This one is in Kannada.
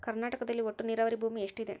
ಕರ್ನಾಟಕದಲ್ಲಿ ಒಟ್ಟು ನೇರಾವರಿ ಭೂಮಿ ಎಷ್ಟು ಇದೆ?